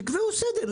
תקבעו סדר.